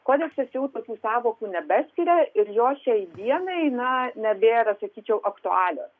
kodeksas jau tokių sąvokų nebeskiria ir jos šiai dienai na nebėra sakyčiau aktualios